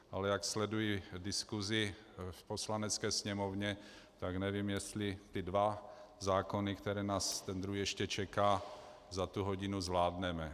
Ale jak sleduji diskuzi v Poslanecké sněmovně nevím, jestli ty dva zákony, které nás v tendru ještě čekají, za tu hodinu zvládneme.